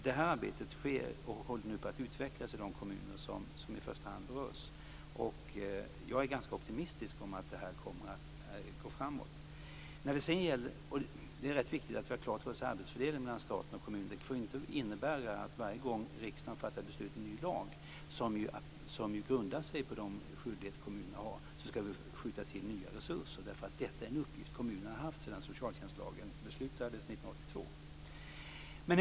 Det här arbetet sker och håller på att utvecklas i de kommuner som i första hand berörs. Jag är ganska optimistisk om att det kommer att gå framåt. Det är också rätt viktigt att vi har arbetsfördelningen mellan staten och kommunerna klar för oss. Det får inte bli så att varje gång riksdagen fattar beslut om en ny lag som grundar sig på de skyldigheter kommunerna har skall vi skjuta till nya resurser. Detta är en uppgift som kommunerna har haft sedan socialtjänstlagen tillkom år 1982.